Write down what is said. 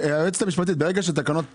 היועצת המשפטית, ברגע שתקנות פוקעות,